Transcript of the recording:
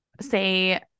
say